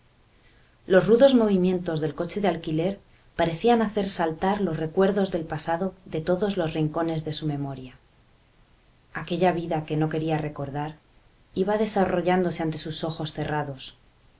los rudos movimientos del coche de alquiler parecían hacer saltar los recuerdos del pasado de todos los rincones de su memoria aquella vida que no quería recordar iba desarrollándose ante sus ojos cerrados